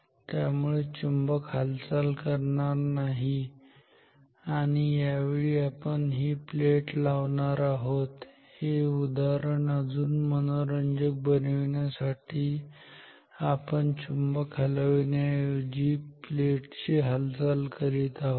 त्यामुळे चुंबक हालचाल करणार नाही आणि यावेळी आपण ही प्लेट लावणार आहोत हे उदाहरण अजून मनोरंजक बनविण्यासाठी आपण चुंबक हलवण्याऐवजी प्लेट ची हालचाल करीत आहोत